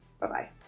Bye-bye